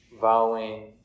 vowing